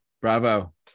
Bravo